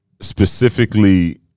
specifically